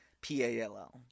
P-A-L-L